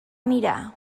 mirar